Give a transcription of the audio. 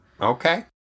Okay